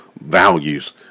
values